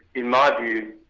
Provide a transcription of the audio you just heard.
in my view,